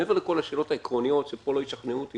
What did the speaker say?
מעבר לכל השאלות העקרוניות שפה לא ישכנעו אותי